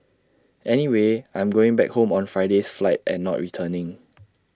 anyway I'm going back home on Friday's flight and not returning